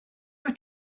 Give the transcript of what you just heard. wyt